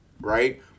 right